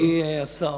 אדוני השר,